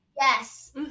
Yes